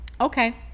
okay